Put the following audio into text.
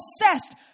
obsessed